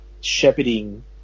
shepherding